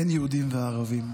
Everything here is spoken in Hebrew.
אין יהודים וערבים.